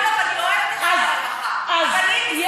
אוי ואבוי לו, ואני אוהבת את שר הרווחה, אבל אם